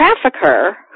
trafficker